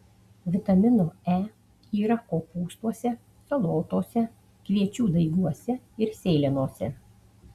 vitamino e yra kopūstuose salotose kviečių daiguose ir sėlenose